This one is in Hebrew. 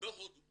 בהודו